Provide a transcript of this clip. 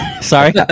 Sorry